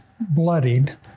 bloodied